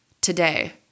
today